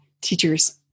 teachers